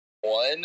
One